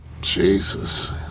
Jesus